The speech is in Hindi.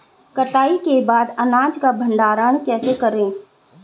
कटाई के बाद अनाज का भंडारण कैसे करें?